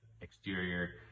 exterior